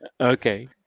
Okay